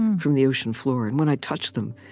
from the ocean floor. and when i touched them,